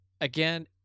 again